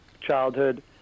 childhood